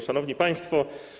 Szanowni Państwo!